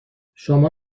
شما